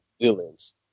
villains